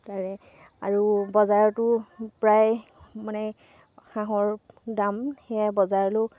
তাৰে আৰু বজাৰতো প্ৰায় মানে হাঁহৰ দাম সেয়াই বজাৰলৈও